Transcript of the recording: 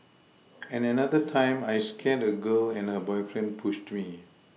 and another time I scared a girl and her boyfriend pushed me